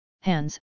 hands